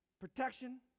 Protection